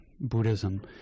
buddhism